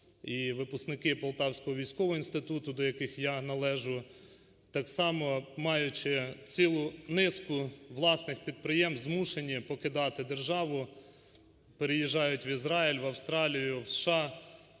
і випускники Полтавського військового інституту, до яких я належу, так само, маючи цілу низку власних підприємств, змушені покидати державу, переїжджають в Ізраїль, Австралію, в США,